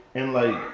and like,